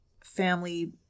family